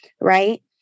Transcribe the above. right